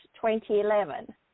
2011